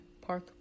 Park